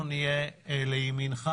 אנחנו נהיה לימינך.